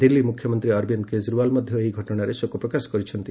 ଦିଲ୍ଲୀ ମୁଖ୍ୟମନ୍ତ୍ରୀ ଅରବିନ୍ଦ କେଜରିୱାଲ ମଧ୍ୟ ଏହି ଘଟଣାରେ ଶୋକ ପ୍ରକାଶ କରିଛନ୍ତି